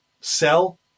sell